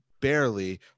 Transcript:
barely